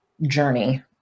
journey